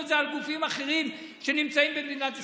את זה על גופים אחרים שנמצאים במדינת ישראל.